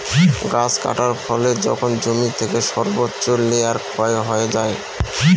গাছ কাটার ফলে যখন জমি থেকে সর্বোচ্চ লেয়ার ক্ষয় হয়ে যায়